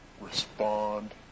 respond